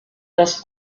das